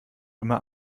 immer